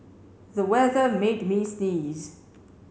the weather made me sneeze